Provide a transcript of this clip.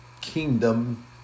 kingdom